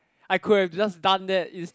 I could have just done that is